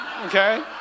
okay